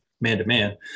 man-to-man